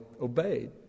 obeyed